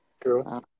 True